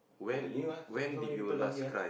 !wah! U_S so so many people down here